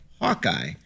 Hawkeye